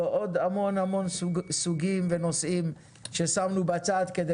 ועוד המון סוגים ונושאים ששמנו בצד כדי